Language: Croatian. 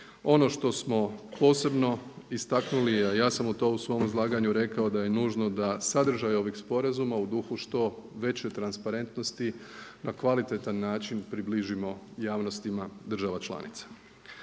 Ono što smo posebno istaknuli, a ja sam to u svom izlaganju rekao da je nužno da sadržaj ovih sporazuma u duhu što veće transparentnosti na kvalitetan način približimo javnostima država članica.